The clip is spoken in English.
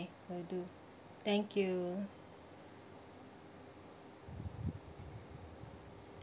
will do thank you